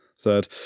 third